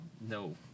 no